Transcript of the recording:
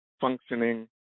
functioning